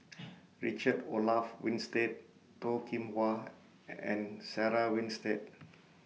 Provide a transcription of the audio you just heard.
Richard Olaf Winstedt Toh Kim Hwa and Sarah Winstedt